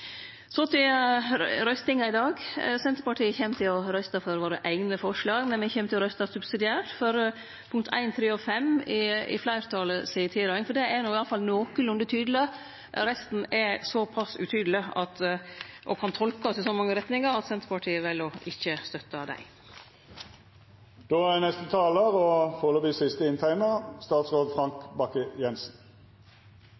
Så til røystinga i dag: Senterpartiet kjem til å røyste for våre eigne forslag, men me kjem òg til å røyste for I, V og VII i tilrådinga frå fleirtalet, for det er i alle fall nokolunde tydeleg. Resten er såpass utydeleg og kan tolkast i så mange retningar at Senterpartiet vel ikkje å støtte dei.